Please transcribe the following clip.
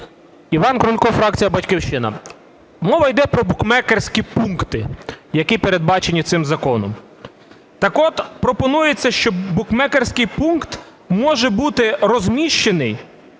Іван Крулько, фракція "Батьківщина". Мова іде про букмекерські пункти, які передбачені цим законом. Так от пропонується, що букмекерський пункт може бути розміщений